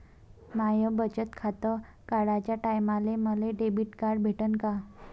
माय बचत खातं काढाच्या टायमाले मले डेबिट कार्ड भेटन का?